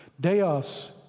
Deus